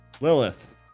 lilith